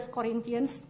Corinthians